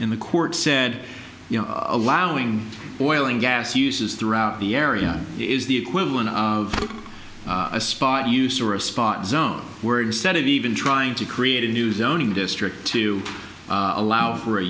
in the court said you know allowing oil and gas uses throughout the area is the equivalent of a spot use or a spot zone where instead of even trying to create a new doning district to allow for a